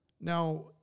Now